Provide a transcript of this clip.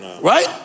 Right